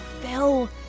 Phil